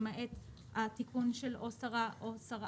למעט התיקון של שר או שרה,